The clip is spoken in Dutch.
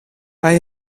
hij